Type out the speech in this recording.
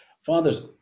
Fathers